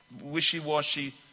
wishy-washy